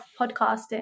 podcasting